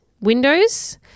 windows